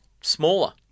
smaller